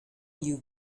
you